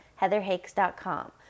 heatherhakes.com